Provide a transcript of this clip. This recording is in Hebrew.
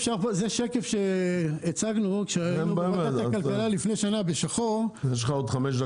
זה שקף שהצגנו בשחור כשהיינו בוועדת כלכלה -- יש לך עוד חמש דקות.